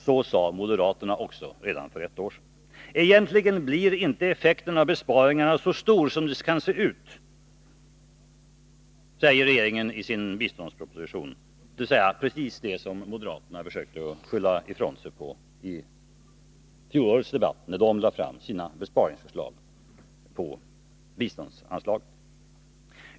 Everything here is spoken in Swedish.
Så sade också moderaterna för ett år sedan. Egentligen blir inte effekten av besparingen så stor som det kan se ut, säger regeringen i sin biståndsproposition. Precis samma sak försökte moderaterna skylla ifrån sig på i fjolårets biståndsdebatt, när de lade fram sina besparingsförslag.